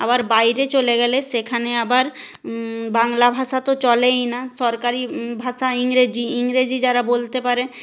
আবার বাইরে চলে গেলে সেখানে আবার বাংলা ভাষা তো চলেই না সরকারি ভাষা ইংরেজি ইংরেজি যারা বলতে পারে